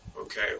Okay